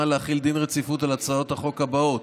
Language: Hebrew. להחיל דין רציפות על הצעות החוק הבאות: